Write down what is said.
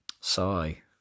sigh